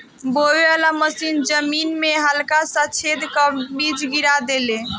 बोवे वाली मशीन जमीन में हल्का सा छेद क के बीज गिरा देले